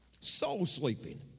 soul-sleeping